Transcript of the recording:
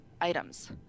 items